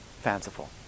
fanciful